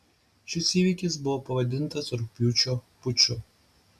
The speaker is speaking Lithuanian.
šis įvykis buvo pavadintas rugpjūčio puču